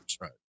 right